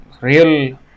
real